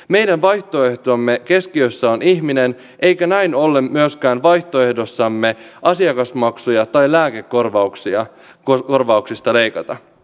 meidän vaihtoehtomme keskiössä on ihminen eikä näin ollen myöskään vaihtoehdossamme asiakasmaksuja nosteta tai lääkekorvauksista leikata